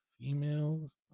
females